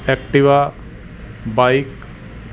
Activa bike